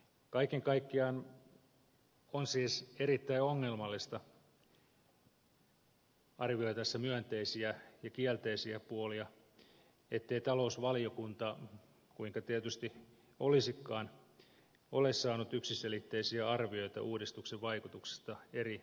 kaiken kaikkiaan on siis erittäin ongelmallista arvioitaessa myönteisiä ja kielteisiä puolia ettei talousvaliokunta ole kuinka tietysti olisikaan saanut yksiselitteisiä arvioita uudistuksen vaikutuksista eri osapuolille